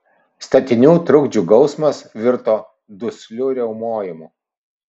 statinių trukdžių gausmas virto dusliu riaumojimu